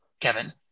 Kevin